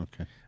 okay